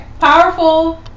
powerful